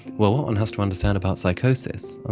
well, what one has to understand about psychosis, ah